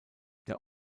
der